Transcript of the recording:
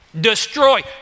destroy